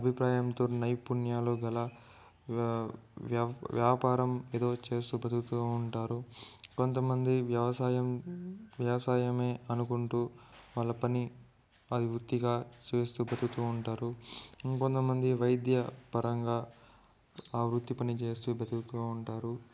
అభిప్రాయంతో నైపుణ్యాలు గల వ్యా వ్యా వ్యాపారం ఏదో చేస్తూ బతుకుతూ ఉంటారు కొంతమంది వ్యవసాయం వ్యాసాయమే అనుకుంటూ వాళ్ళ పని అది వృత్తిగా చేస్తూ బతుకుతూ ఉంటారు కొంతమంది వైద్య పరంగా ఆ వృత్తి పని చేస్తూ బ్రతుకుతూ ఉంటారు